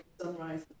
sunrise